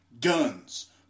guns